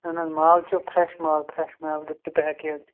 اَہَن حظ مال چھِ فرٛٮ۪ش مال فرٛٮ۪ش مال گِفٹہٕ پیکیج